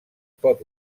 pot